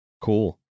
Cool